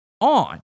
on